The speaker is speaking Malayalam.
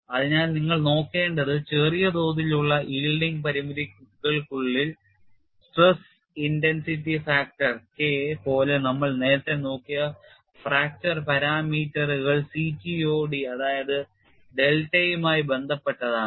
അതിനാൽ നിങ്ങൾ നോക്കേണ്ടത് ചെറിയ തോതിലുള്ള yielding പരിമിതികൾക്കുള്ളിൽ സ്ട്രെസ് ഇന്റൻസിറ്റി ഫാക്ടർ K പോലെ നമ്മൾ നേരത്തെ നോക്കിയ ഫ്രാക്ചർ പാരാമീറ്ററുകൾ CTOD അതായത് ഡെൽറ്റയുമായി ബന്ധപ്പെട്ടതാണ്